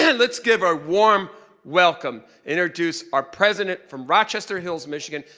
and let's give a warm welcome, introduce our president from rochester hills, michigan,